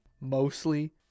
Mostly